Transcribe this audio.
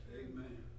amen